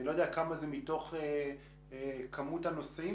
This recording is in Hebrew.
אני לא יודע כמה זה מתוך כמות הנוסעים